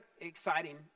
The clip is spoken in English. exciting